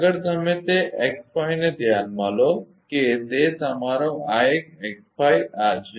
આગળ તમે તે x5 ને ધ્યાનમાં લો કે તે તમારો આ એક x5 આ છે